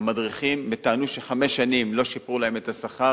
המדריכים, וטענו שחמש שנים לא שיפרו להם את השכר.